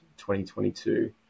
2022